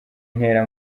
ntera